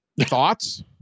Thoughts